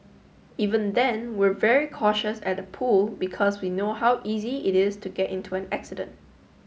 even then we're very cautious at the pool because we know how easy it is to get into an accident